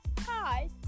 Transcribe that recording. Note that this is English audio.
hi